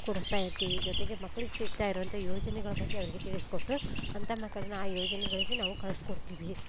ಕೊಡಿಸ್ತಾ ಇರ್ತೀವಿ ಜೊತೆಗೆ ಮಕ್ಳಿಗೆ ಸಿಕ್ತಾ ಇರುವಂಥ ಯೋಜನೆಗಳ ಬಗ್ಗೆ ಅವರಿಗೆ ತಿಳಿಸಿಕೊಟ್ಟು ಅಂಥ ಮಕ್ಕಳನ್ನ ಆ ಯೋಜನೆಗಳಿಗೆ ನಾವು ಕಳಿಸ್ಕೊಡ್ತೀವಿ